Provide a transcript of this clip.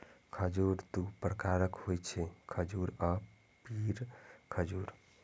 खजूर दू प्रकारक होइ छै, खजूर आ पिंड खजूर